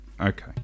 Okay